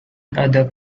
other